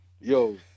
yo